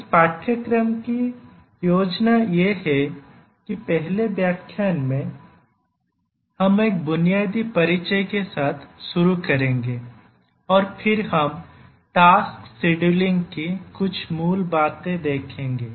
इस पाठ्यक्रम की योजना यह है कि पहले व्याख्यान में हम एक बुनियादी परिचय के साथ शुरू करेंगे और फिर हम टास्क् शेड्यूलिंग की कुछ मूल बातें देखेंगे